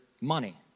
money